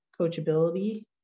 coachability